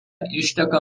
išteka